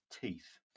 teeth